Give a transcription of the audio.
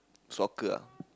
soccer ah